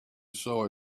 saw